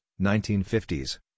1950s